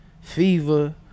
fever